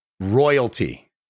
Royalty